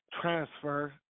transfer